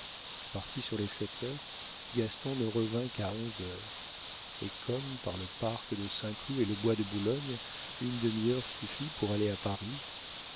parti sur les sept heures gaston ne revint qu'à onze heures et comme par le parc de saint-cloud et le bois de boulogne une demi-heure suffit pour aller à paris